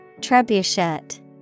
Trebuchet